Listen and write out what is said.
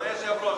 אדוני היושב-ראש,